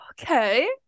Okay